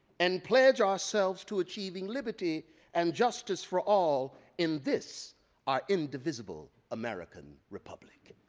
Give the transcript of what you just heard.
and pledge ourselves to achieving liberty and justice for all in this our indivisible american republic.